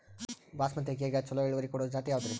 ಬಾಸಮತಿ ಅಕ್ಕಿಯಾಗ ಚಲೋ ಇಳುವರಿ ಕೊಡೊ ಜಾತಿ ಯಾವಾದ್ರಿ?